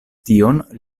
tion